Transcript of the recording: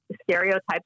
stereotypes